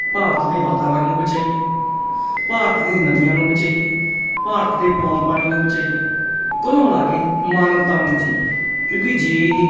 ਭਾਰਤ ਦੇ ਵਾਤਾਵਰਣ ਨੂੰ ਬਚਾਈਏ ਭਾਰਤ ਦੀਆਂ ਨਦੀਆਂ ਨੂੰ ਬਚਾਈਏ ਭਾਰਤ ਦੇ ਪੌਣ ਪਾਣੀ ਨੂੰ ਬਚਾਈਏ ਕੁੱਲ ਮਿਲਾ ਕੇ ਮਾਨਵਤਾ ਨੂੰ ਬਚਾਈਏ ਕਿਉਂਕਿ ਜੇ ਇਹ